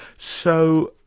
so,